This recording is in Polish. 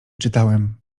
czytałem